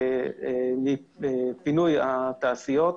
פינוי התעשיות.